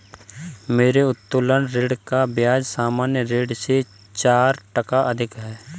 मेरे उत्तोलन ऋण का ब्याज सामान्य ऋण से चार टका अधिक है